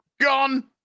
Gone